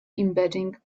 embedding